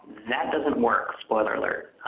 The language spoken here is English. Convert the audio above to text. that doesn't work, spoiler alert.